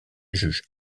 juge